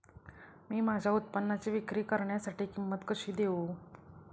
मी माझ्या उत्पादनाची विक्री करण्यासाठी किंमत कशी देऊ?